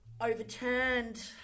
overturned